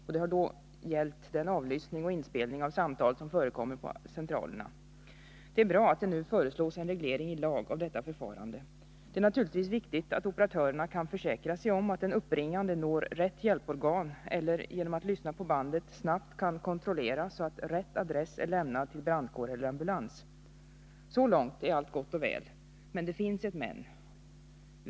Vad det då har gällt har varit den avlyssning och inspelning av samtal som förekommer på centralerna. Det är bra att det nu föreslås en reglering i lag av detta förfarande. Det är naturligtvis viktigt att operatörerna kan försäkra sig om att den uppringande når rätt hjälporgan, eller genom att lyssna på bandet snabbt kan kontrollera att rätt adress är lämnad till brandkår eller ambulans. Så långt är allt gott och väl. Men det finns ett men.